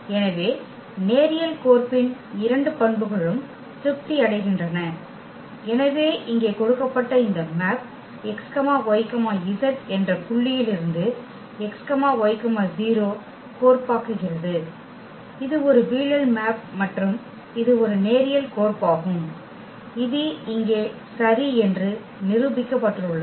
எனவே நேரியல் கோர்ப்பின் இரண்டு பண்புகளும் திருப்தி அடைகின்றன எனவே இங்கே கொடுக்கப்பட்ட இந்த மேப் x y z என்ற புள்ளியில் இருந்து x y 0 கோர்ப்பாக்குகிறது இது ஒரு வீழல் மேப் மற்றும் இது ஒரு நேரியல் கோர்ப்பாகும் இது இங்கே சரி என்று நிரூபிக்கப்பட்டுள்ளது